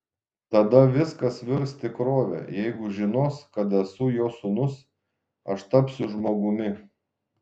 tada viskas virs tikrove jeigu žinos kad esu jo sūnus aš tapsiu žmogumi